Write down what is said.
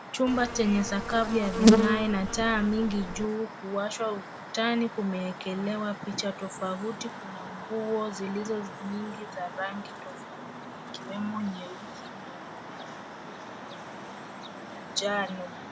Chumba chenye sakafu ya vigae na taa mingi juu kuwashwa. Ukutani kumeekelewa picha tofauti. Kuna nguo zilizo mingi za rangi tofauti, ikiwemo nyeusi, nyeupe, nyekundu, waridi, na ya njano.